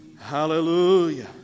Hallelujah